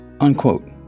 Unquote